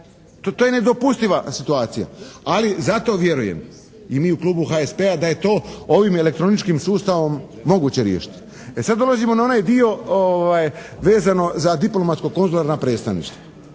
To je nedopustiva situacija, ali zato vjerujem i mi u klubu HSP-a da je to ovim elektroničkim sustavom moguće riješiti. E sad dolazimo na onaj dio vezano za diplomatsko-konzularna predstavništva.